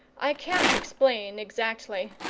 i can't explain exactly.